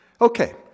Okay